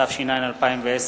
התש"ע 2010,